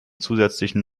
zusätzlichen